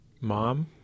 mom